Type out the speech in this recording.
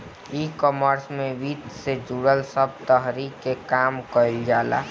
ecommerce में वित्त से जुड़ल सब तहरी के काम कईल जाला